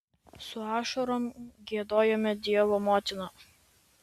su ašarom giedojome dievo motiną